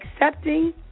accepting